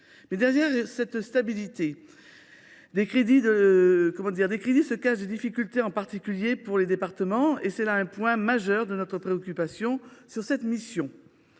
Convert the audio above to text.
Mais derrière cette stabilité, se cachent des difficultés, en particulier pour les départements, et c’est là un point majeur de notre préoccupation quant à cette mission.